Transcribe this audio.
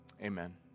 Amen